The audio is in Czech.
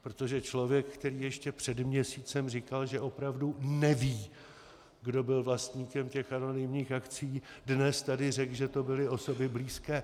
Protože člověk, který ještě před měsícem říkal, že opravdu neví, kdo byl vlastníkem těch anonymních akcií, dnes tady řekl, že to byly osoby blízké.